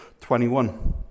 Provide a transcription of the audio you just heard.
21